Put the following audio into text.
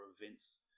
events